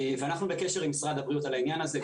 ואנחנו בקשר עם משרד הבריאות על העניין הזה.